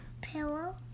Pillow